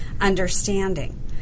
understanding